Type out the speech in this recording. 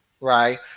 right